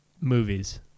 movies